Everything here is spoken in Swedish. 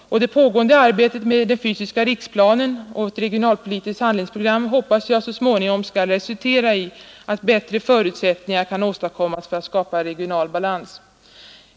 Det pågående arbetet med den fysiska riksplanen och ett regionalpolitiskt handlingsprogram hoppas jag så småningom skall resultera i bättre förutsättningar för att skapa regional balans.